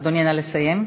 אדוני, נא לסיים.